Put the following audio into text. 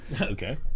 Okay